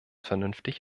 vernünftig